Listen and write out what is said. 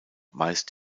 meist